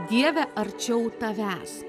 dieve arčiau tavęs